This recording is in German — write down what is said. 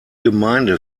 gemeinde